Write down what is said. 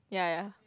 ya ya